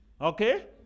Okay